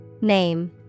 Name